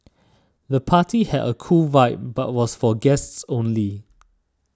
the party had a cool vibe but was for guests only